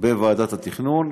בוועדת התכנון,